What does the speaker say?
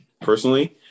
personally